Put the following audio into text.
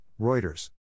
Reuters